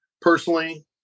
personally